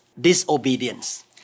disobedience